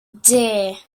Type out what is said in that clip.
dear